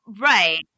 right